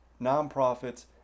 nonprofits